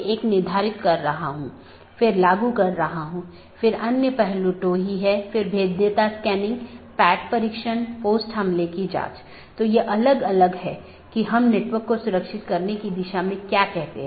एक गैर मान्यता प्राप्त ऑप्शनल ट्रांसिटिव विशेषता के साथ एक पथ स्वीकार किया जाता है और BGP साथियों को अग्रेषित किया जाता है